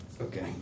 Okay